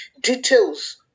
details